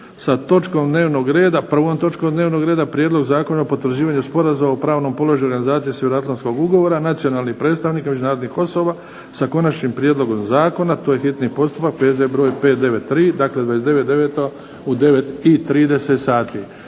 sa točkom dnevnog reda, prvom točkom dnevnog reda Prijedlog zakona o potvrđivanju Sporazuma o pravnom položaju organizacije Sjevernoatlantskog ugovora, nacionalnih predstavnika međunarodnog osoblja, s konačnim prijedlogom zakona, hitni postupak, P.Z. br. 593. Dakle, 29.9. u 9,30 sati.